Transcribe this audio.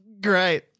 Great